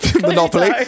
Monopoly